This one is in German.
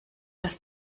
das